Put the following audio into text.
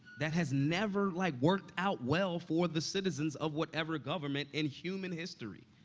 that has never, like, worked out well for the citizens of whatever government in human history.